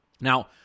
Now